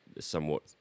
Somewhat